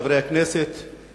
חברי הכנסת,